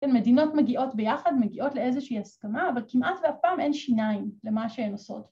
‫מדינות מגיעות ביחד, ‫מגיעות לאיזושהי הסכמה, ‫אבל כמעט ואף פעם אין שיניים ‫למה שהן עושות.